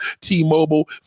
T-Mobile